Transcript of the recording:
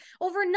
over